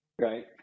right